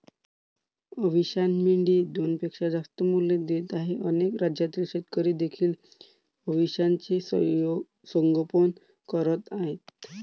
अविशान मेंढी दोनपेक्षा जास्त मुले देत आहे अनेक राज्यातील शेतकरी देखील अविशानचे संगोपन करत आहेत